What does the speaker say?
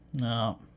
No